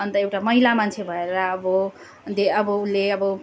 अन्त एउटा महिला मान्छे भएर अब दे अब उसले अब